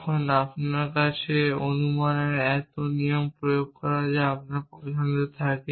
তখন আপনার কাছে অনুমানের এত নিয়ম প্রয়োগ করার পছন্দ থাকে